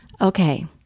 Okay